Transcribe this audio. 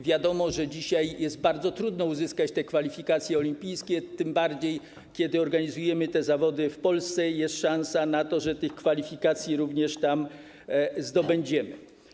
Wiadomo, że dzisiaj jest bardzo trudno uzyskać te kwalifikacje olimpijskie, tym bardziej kiedy organizujemy te zawody w Polsce, jest szansa na to, że te kwalifikacje również tam zdobędziemy.